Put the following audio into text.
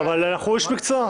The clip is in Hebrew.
אבל הוא איש מקצוע.